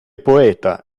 poeta